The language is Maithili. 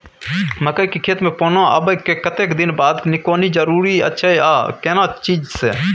मकई के खेत मे पौना आबय के कतेक दिन बाद निकौनी जरूरी अछि आ केना चीज से?